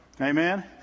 Amen